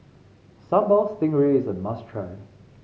Sambal Stingray is a must try